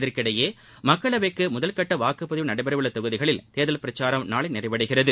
இதற்கிடையே மக்களவைக்கு முதல் கட்ட வாக்குப்பதிவு நடைபெறவுள்ள தொகுதிகளில் தேர்தல் பிரச்சாரம் நாளை நிறைவடைகிறது